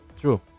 True